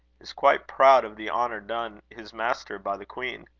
is quite proud of the honour done his master by the queen.